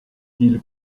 ils